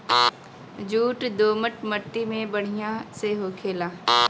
jute दोमट मट्टी में बढ़िया से होखेला